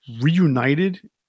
reunited